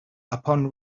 upon